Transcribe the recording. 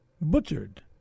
butchered